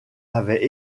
avaient